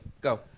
go